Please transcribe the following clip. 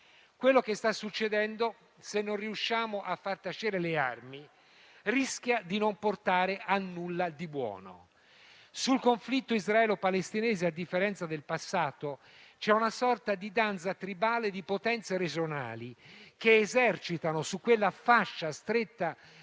quello che sta succedendo, se non riusciamo a far tacere le armi, rischia di non portare nulla di buono. Sul conflitto israelo-palestinese, a differenza del passato, c'è una sorta di danza tribale di potenze regionali, che esercitano su quella stretta